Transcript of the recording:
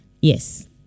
yes